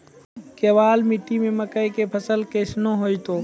केवाल मिट्टी मे मकई के फ़सल कैसनौ होईतै?